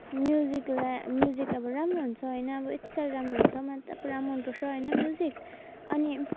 म्युजिकलाई music अब राम्रो हुन्छ होइन अब यति साह्रो राम्रो हुन्छ मतलब पुरा मनपर्छ होइन म्युजिक अनि